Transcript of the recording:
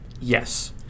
Yes